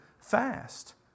fast